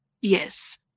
Yes